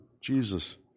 Jesus